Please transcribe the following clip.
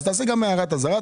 אז תעשה גם הערת אזהרה,